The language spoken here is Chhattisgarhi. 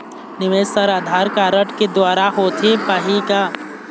निवेश हर आधार कारड के द्वारा होथे पाही का?